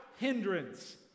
hindrance